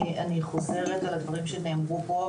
אני חוזרת על הדברים שנאמרו פה.